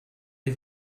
les